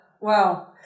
wow